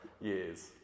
years